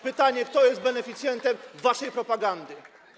pytanie, kto jest beneficjentem waszej propagandy.